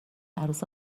عروس